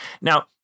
now